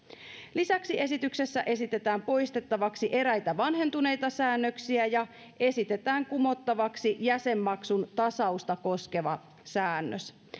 lisäksi esityksessä esitetään poistettavaksi eräitä vanhentuneita säännöksiä ja esitetään kumottavaksi jäsenmaksun tasausta koskeva säännös